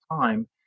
time